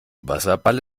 wasserball